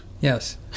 Yes